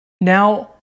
now